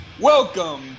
Welcome